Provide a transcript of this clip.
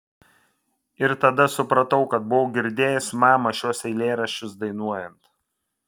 ir tada supratau kad buvau girdėjęs mamą šiuos eilėraščius dainuojant